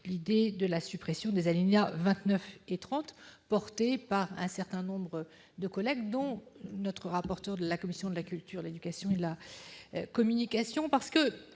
l'idée de la suppression des alinéas 29 et 30 portée par un certain nombre de collègues, dont le rapporteur de la commission de la culture, de l'éducation et de la communication. L'ensemble